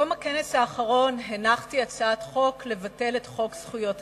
בתום הכנס האחרון הנחתי הצעת חוק לביטול חוק זכויות התלמיד.